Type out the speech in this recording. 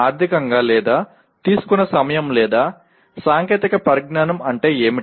ఆర్థికంగా లేదా తీసుకున్న సమయం లేదా సాంకేతిక పరిజ్ఞానం అంటే ఏమిటి